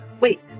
Wait